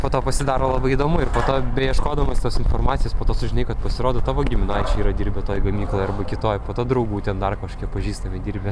po to pasidaro labai įdomu ir po to beieškodamas tos informacijos po to sužinai kad pasirodo tavo giminaičiai yra dirbę toj gamykloj arba kitoj po to draugų ten dar kažkiek pažįstami dirbę